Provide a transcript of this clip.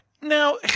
Now